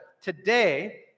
Today